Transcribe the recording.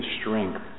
strength